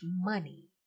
money